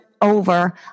over